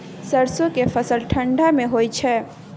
सरसो के फसल ठंडा मे होय छै?